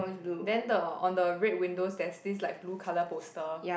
then the on the red windows there's this like blue colour poster